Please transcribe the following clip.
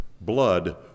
blood